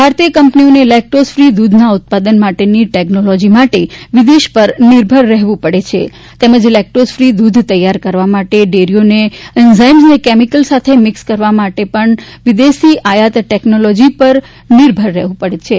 ભારતીય કંપનીઓને lactose free દૂધનાં ઉત્પાદન માટેની ટેકનોલોજી માટે વિદેશ પર નિર્ભર રહેવું પડે છે તેમજ લેકટોઝ ફી દૂધ તૈયાર કરવા માટે ડેરીઓને એન્ઝાઈમ્સને કેમીકલ સાથે મિકસ કરવા માટે પણ વિદેશથી આયાત ટેકનોલોજી પર નિર્ભર રહેવું પડતું હતું